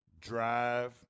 Drive